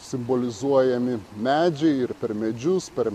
simbolizuojami medžiai ir per medžius per